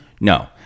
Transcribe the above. No